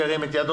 מי נגד?